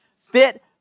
fit